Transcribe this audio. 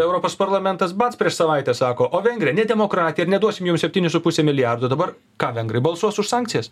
europos parlamentas bac prieš savaitę sako o vengrija ne demokratija ir neduosim jum septynis su puse milijardo dabar ką vengrai balsuos už sankcijas